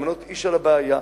למנות איש על הבעיה,